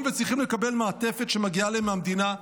וצריכים לקבל מעטפת שמגיעה להם מהמדינה,